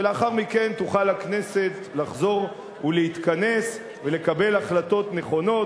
ולאחר מכן תוכל הכנסת לחזור ולהתכנס ולקבל החלטות נכונות,